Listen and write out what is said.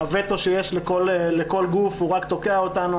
הווטו שיש לכל גוף הוא רק תוקע אותנו.